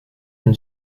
une